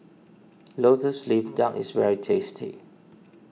Lotus Leaf Duck is very tasty